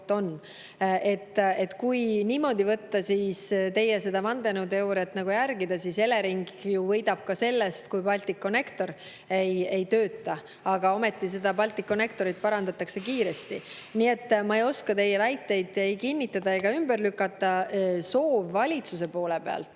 Kui niimoodi võtta, teie seda vandenõuteooriat järgida, siis Elering ju võidab ka sellest, kui Balticconnector ei tööta, aga ometi seda Balticconnectorit parandatakse kiiresti. Nii et ma ei oska teie väiteid ei kinnitada ega ümber lükata. Soov valitsuse poole pealt,